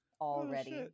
already